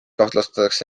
kahtlustatakse